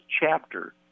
chapter